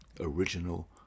original